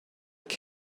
ever